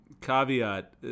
caveat